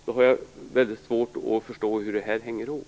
Jag har mycket svårt att förstå hur detta hänger ihop.